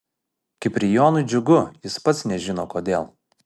kiprijonui džiugu jis pats nežino kodėl